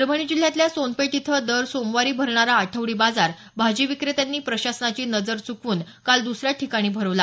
परभणी जिल्ह्यातल्या सोनपेठ इथं दर सोमवारी भरणारा आठवडी बाजार भाजी विक्रेत्यांनी प्रशासनची नजर चुकवून काल दुसऱ्या ठिकाणी भरवला